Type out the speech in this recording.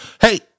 Hey